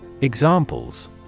Examples